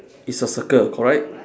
it's a circle correct